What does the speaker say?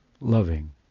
Loving